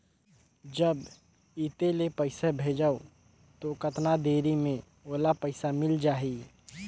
जब इत्ते ले पइसा भेजवं तो कतना देरी मे ओला पइसा मिल जाही?